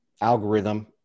algorithm